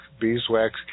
beeswax